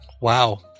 Wow